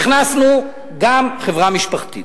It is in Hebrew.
הכנסנו גם חברה משפחתית.